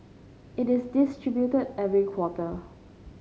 it is distributed every quarter